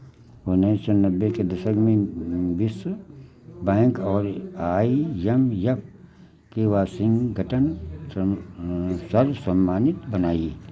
उन्नीस सौ नब्बे के दशक में विश्व बैंक और आई यम एफ के वाशिंगटन सर्वसम्मति बनाई